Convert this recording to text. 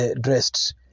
dressed